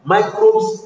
Microbes